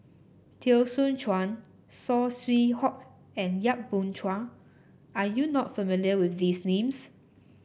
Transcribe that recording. Teo Soon Chuan Saw Swee Hock and Yap Boon Chuan are you not familiar with these names